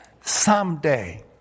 Someday